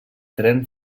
tren